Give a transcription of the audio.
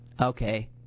Okay